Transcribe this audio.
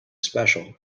special